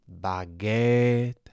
baguette